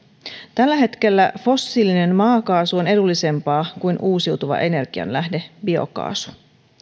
tällä hetkellä fossiilinen maakaasu on edullisempaa kuin uusiutuva energianlähde biokaasu